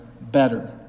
better